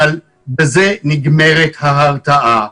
אבל בזה נגמרת ההרתעה.